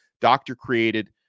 doctor-created